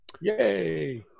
Yay